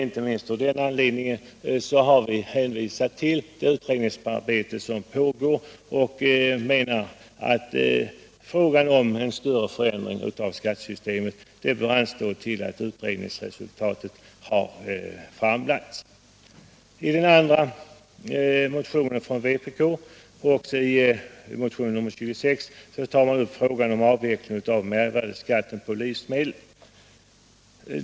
Inte minst av den anledningen har vi hänvisat till det utredningsarbete som pågår och menat att frågan om en större förändring av skattesystemet bör anstå till dess utredningsresultatet har framlagts. I den andra motionen från vpk — och även i motionen 26 — tar man upp frågan om avveckling av mervärdeskatten på livsmedel.